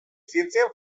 zientzien